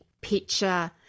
picture